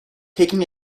taking